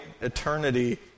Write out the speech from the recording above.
eternity